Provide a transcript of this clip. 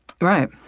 Right